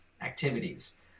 activities